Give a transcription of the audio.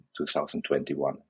2021